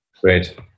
Great